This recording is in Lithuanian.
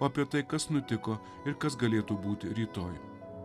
apie tai kas nutiko ir kas galėtų būti rytoj